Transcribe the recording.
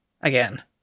again